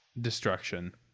Destruction